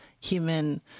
human